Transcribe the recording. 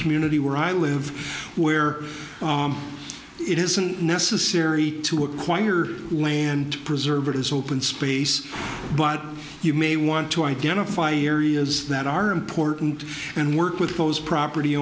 community where i live where it isn't necessary to acquire land preserve it is open space but you may want to identify areas that are important and work with those property